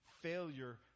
failure